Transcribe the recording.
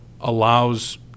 allows